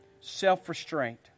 Self-restraint